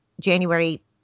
January